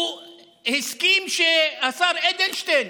הוא הסכים שהשר אדלשטיין